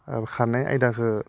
खारनाय आयदाखौ